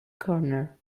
corner